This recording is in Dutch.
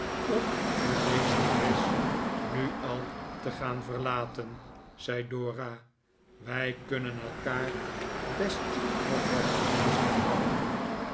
om uw meesteres nu al te gaan verlaten zei dora wij kunnen elkaar best nog wat gezelschap houden